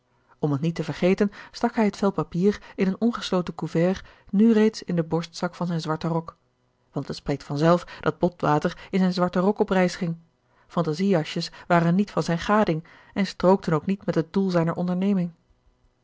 om het niet te vergeten stak hij het vel papier in een ongesloten couvert nu reeds in den borstzak van zijn zwarten rok want het spreekt van zelf dat botwater in zijn zwarten rok op reis ging fantasiejasjes waren niet van zijne gading en strookten ook niet met het doel zijner onderneming